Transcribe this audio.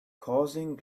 causing